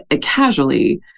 casually